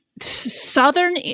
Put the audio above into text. southern